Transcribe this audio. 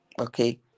okay